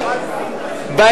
ממשלת הליכוד.